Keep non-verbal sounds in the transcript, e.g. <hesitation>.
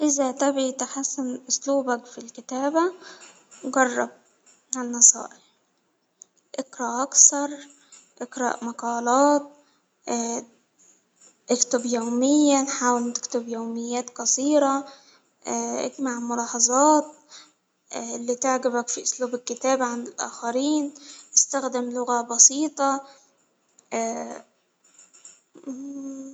إذا تبغي تحسن إسلوبك في الكتابة جرب ها النصائح إقرأ أكثر، إقرأ مقالات <hesitation> أكتب يوميا حاول تكتب يوميات قصيرة <hesitation> إجمع ملاحظات <hesitation> اللي هتعجبك في إسلوب الكتابة الآخرين يستخدم لغة بسيطة. <hesitation>